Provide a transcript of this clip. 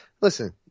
listen